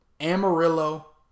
Amarillo